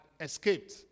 escaped